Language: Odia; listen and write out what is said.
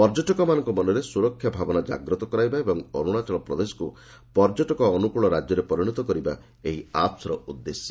ପର୍ଯ୍ୟଟକମାନଙ୍କ ମନରେ ସୁରକ୍ଷା ଭାବନା ଜାଗ୍ରତ କରାଇବା ଏବଂ ଅରୁଣାଚଳ ପ୍ରଦେଶକୁ ପର୍ଯ୍ୟଟକ ଅନୁକୁଳ ରାଜ୍ୟରେ ପରିଣତ କରିବା ଏହି ଆପ୍ସ୍ର ଉଦ୍ଦେଶ୍ୟ